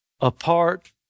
Apart